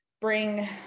bring